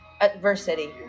adversity